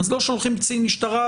אז לא שולחים קצין משטרה,